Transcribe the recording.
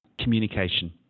communication